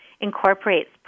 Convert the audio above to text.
incorporates